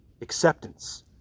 acceptance